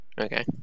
Okay